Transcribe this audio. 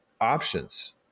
options